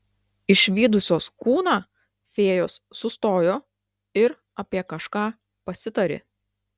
išvydusios kūną fėjos sustojo ir apie kažką pasitarė